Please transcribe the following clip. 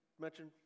mention